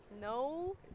No